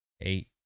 eight